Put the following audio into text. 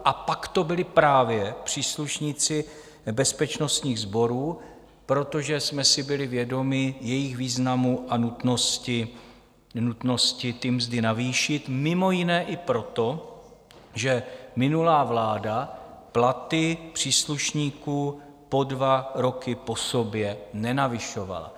A pak to byli právě příslušníci bezpečnostních sborů, protože jsme si byli vědomi jejich významu a nutnosti mzdy navýšit, mimo jiné i proto, že minulá vláda platy příslušníků po dva roky po sobě nenavyšovala.